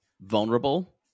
vulnerable